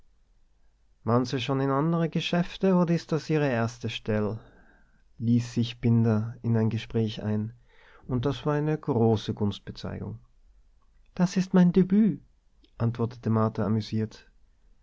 war'n se schon in annerne geschäfter odder is des ihr erste schdell ließ sich binder in ein gespräch ein und das war eine große gunstbezeigung das ist mein debüt antwortete martha amüsiert